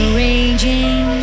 raging